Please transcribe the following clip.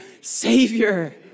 Savior